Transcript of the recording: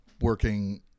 working